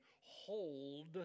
hold